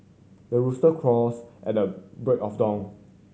the rooster crows at the break of the own